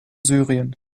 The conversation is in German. syrien